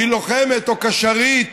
היא לוחמת או קשרית